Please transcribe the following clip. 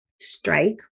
strike